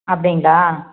அப்படிங்களா